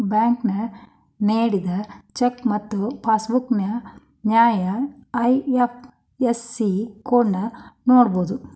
bank ನೇಡಿದ cheque ಮತ್ತ passbook ನ್ಯಾಯ ಐ.ಎಫ್.ಎಸ್.ಸಿ ಕೋಡ್ನ ನೋಡಬೋದು